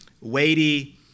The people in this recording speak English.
weighty